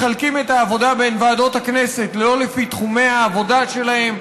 מחלקים את העבודה בין ועדות הכנסת לא לפי תחומי העבודה שלהן,